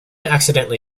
accidentally